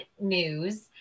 news